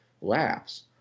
laughs